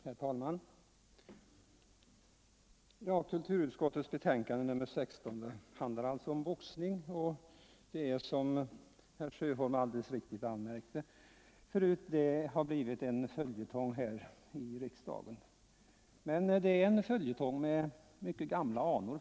Herr talman! Kulturutskottets betänkande nr 16 handlar alltså om boxning, och detta ärende har — som herr Sjöholm alldeles riktigt anmärkte — blivit en följetong här i riksdagen. Men det är en följetong som faktiskt har mycket gamla anor.